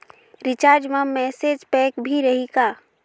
Recharge मा message pack भी रही का?